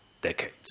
decades